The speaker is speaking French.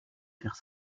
faire